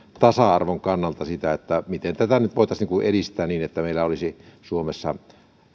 tasa arvon kannalta miten tätä nyt voitaisiin edistää niin että meillä olisi suomessa